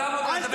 כולם מדברים